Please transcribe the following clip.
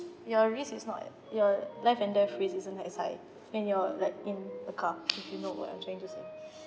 your risk is not your life and death risk isn't as high I mean you're like in a car if you know what I'm trying to say